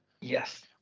yes